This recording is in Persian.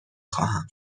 خواهم